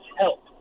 help